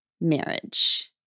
marriage